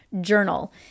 journal